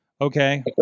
okay